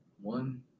one